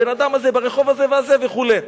הבן-אדם הזה, ברחוב הזה והזה, וכו'.